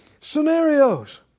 scenarios